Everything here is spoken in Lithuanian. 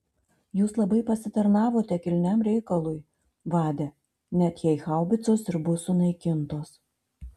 jūs labai pasitarnavote kilniam reikalui vade net jei haubicos ir bus sunaikintos